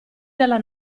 dalla